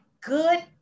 good